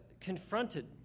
confronted